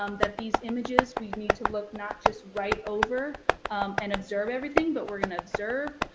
um that these images we need to look not just right over and observe everything, but we're gonna observe,